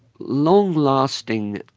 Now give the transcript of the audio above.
long-lasting,